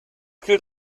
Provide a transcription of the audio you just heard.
gilt